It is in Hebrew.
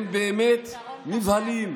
הם באמת נבהלים,